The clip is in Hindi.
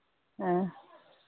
हाँ